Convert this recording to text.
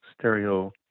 stereo